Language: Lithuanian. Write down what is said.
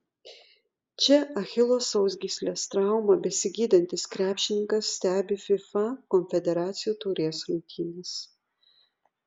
čia achilo sausgyslės traumą besigydantis krepšininkas stebi fifa konfederacijų taurės rungtynes